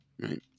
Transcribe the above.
right